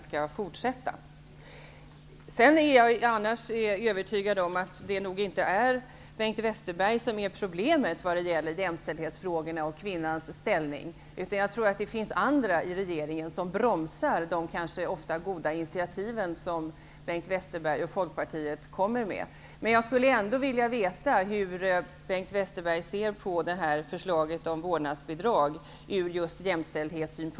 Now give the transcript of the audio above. För övrigt är jag övertygad om att Bengt Westerberg inte är problemet vad gäller jämställdhetsfrågorna och kvinnans ställning, utan jag tror att det finns andra i regeringen som bromsar de kanska ofta goda initiativ som Bengt Westerberg och Folkpartiet tar. Ändå skulle jag vilja veta hur Bengt Westerberg ser på förslaget om vårdnadsbidrag från jämställdhetssynpunkt.